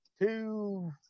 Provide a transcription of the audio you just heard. two